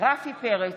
רפי פרץ,